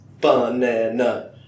Banana